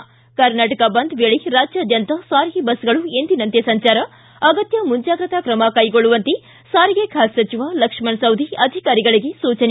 ಿ ಕರ್ನಾಟಕ ಬಂದ್ ವೇಳೆ ರಾಜ್ಯಾದ್ಯಂತ ಸಾರಿಗೆ ಬಸ್ಗಳು ಎಂದಿನಂತೆ ಸಂಚಾರ ಅಗತ್ಯ ಮುಂಜಾಗ್ರತಾ ಕ್ರಮ ಕೈಗೊಳ್ಳುವಂತೆ ಸಾರಿಗೆ ಖಾತೆ ಸಚಿವ ಲಕ್ಷ್ಮಣ ಸವದಿ ಅಧಿಕಾರಿಗಳಿಗೆ ಸೂಚನೆ